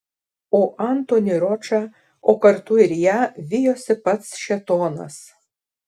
o antonį ročą o kartu ir ją vijosi pats šėtonas